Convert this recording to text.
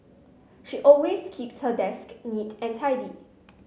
she always keeps her desk neat and tidy